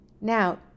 now